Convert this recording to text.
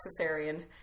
cesarean